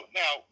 now